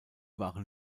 waren